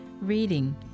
reading